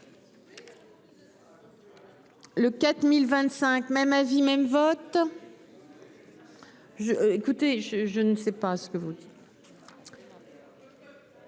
Le 4025, même avis même vote. Je écoutez je, je ne sais pas ce que vous dites.